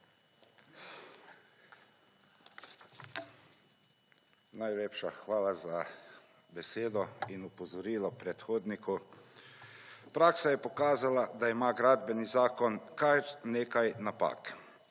Najlepša hvala za besedo in opozorilo predhodniku. Praksa je pokazala, da ima Gradbeni zakon kar nekaj napak.